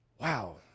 Wow